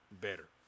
better